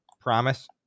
promise